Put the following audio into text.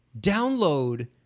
download